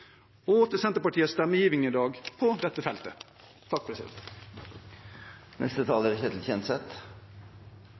og til Senterpartiets stemmegivning i dag på dette feltet.